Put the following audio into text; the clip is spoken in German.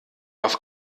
auf